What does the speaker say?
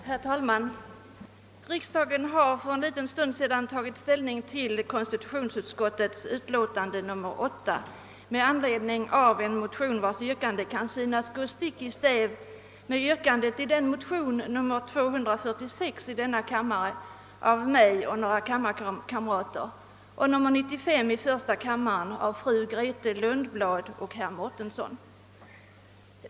Herr talman! Riksdagen tog för en liten stund sedan ställning till konstitutionsutskottets utlåtande nr 8 med anledning av en motion vars yrkande kan synas gå stick i stäv mot yrkandet till motion nr 246 i denna kammare av mig och några kammarkamrater och motion nr 95 i första kammaren av fru Grethe Lundblad och herr Mårtensson.